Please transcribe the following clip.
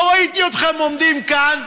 לא ראיתי אתכם עומדים כאן,